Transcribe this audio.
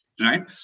right